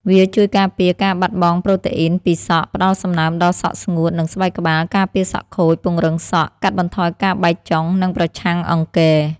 វាជួយការពារការបាត់បង់ប្រូតេអ៊ីនពីសក់ ផ្តល់សំណើមដល់សក់ស្ងួត និងស្បែកក្បាល ការពារសក់ខូច ពង្រឹងសក់ កាត់បន្ថយការបែកចុង និងប្រឆាំងអង្គែរ។